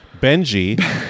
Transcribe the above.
Benji